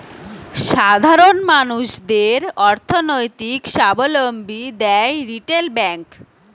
সাধারণ মানুষদের অর্থনৈতিক সাবলম্বী দ্যায় রিটেল ব্যাংক